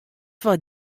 foar